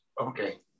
Okay